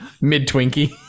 Mid-Twinkie